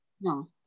No